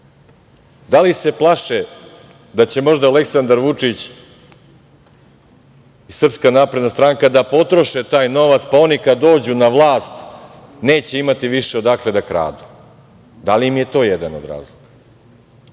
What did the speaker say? li se plaše da će možda Aleksandar Vučić i SNS da potroše taj novac, pa oni kad dođu na vlast neće imati više odakle da kradu? Da li im je to jedan od razloga?